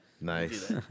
Nice